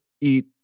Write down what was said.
eat